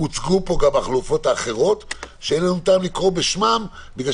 הוצגו פה גם חלופות אחרות שאין היום טעם לקרוא בשמן בגלל